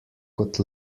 kot